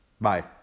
Bye